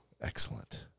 Excellent